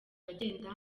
agenda